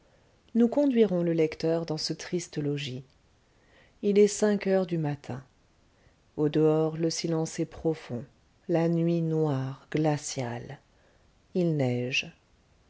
nous conduirons le lecteur dans ce triste logis il est cinq heures du matin au-dehors le silence est profond la nuit noire glaciale il neige